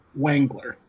Wangler